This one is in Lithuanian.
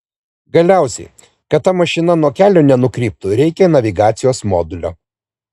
galiausiai kad ta mašina nuo kelio nenukryptų reikia navigacijos modulio